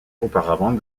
auparavant